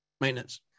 Maintenance